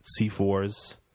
C4s